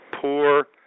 Poor